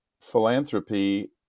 philanthropy